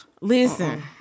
Listen